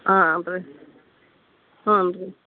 ಹಾಂ ರೀ ಹ್ಞೂ ರೀ